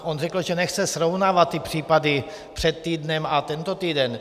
On řekl, že nechce srovnávat ty případy před týdnem a tento týden.